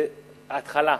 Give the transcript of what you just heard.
ההתחלה.